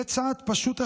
זה צעד פשוט הכרחי.